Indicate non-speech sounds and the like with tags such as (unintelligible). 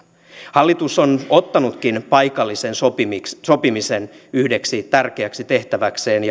hallitus on ottanutkin paikallisen sopimisen sopimisen yhdeksi tärkeäksi tehtäväkseen (unintelligible)